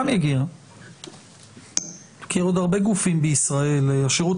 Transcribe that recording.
כי עוד הרבה גופים בישראל השירות